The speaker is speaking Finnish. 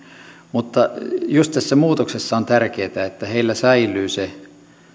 mutta just tässä muutoksessa on tärkeätä että heillä säilyy se